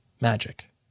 magic